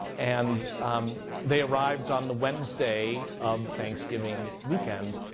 and um they arrived on the wednesday of thanksgiving weekend,